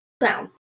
down